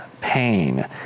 pain